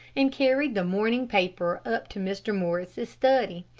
and carried the morning paper up to mr. morris's study,